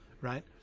right